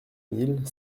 mille